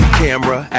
camera